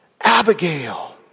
Abigail